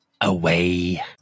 Away